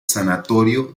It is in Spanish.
sanatorio